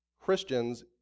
Christians